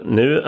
nu